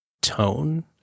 tone